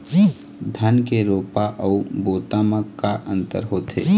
धन के रोपा अऊ बोता म का अंतर होथे?